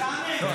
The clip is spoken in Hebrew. אז